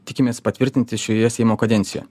tikimės patvirtinti šioje seimo kadencijoje